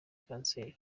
kanseri